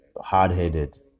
hard-headed